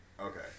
Okay